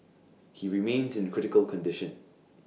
he remains in critical condition